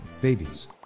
Babies